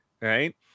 right